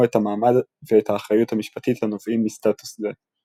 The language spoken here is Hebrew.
את המעמד ואת האחריות המשפטית הנובעים מסטטוס זה.